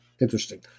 interesting